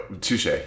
Touche